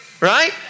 right